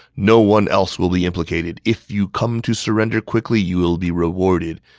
no one else will be implicated. if you come to surrender quickly, you will be rewarded.